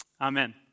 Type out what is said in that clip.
Amen